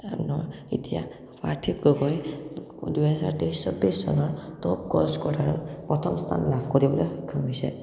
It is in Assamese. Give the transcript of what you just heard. এ ন এতিয়া পাৰ্থিৱ গগৈ দুহেজাৰ তেইছ ছৌব্বিছ চনৰ ত'কছ কৰ্ণাৰত প্ৰথম স্থান পাবলৈ সক্ষম হৈছে